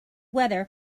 weather